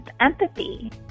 empathy